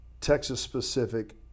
Texas-specific